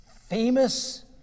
famous